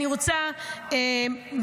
אני רוצה באמת,